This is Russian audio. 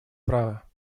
права